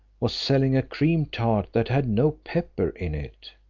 was selling a cream-tart that had no pepper in it.